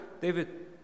David